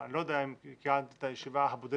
אבל אני לא יודע אם קיימת את הישיבה הבודדת